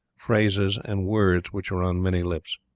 phrases, and words which are on many lips.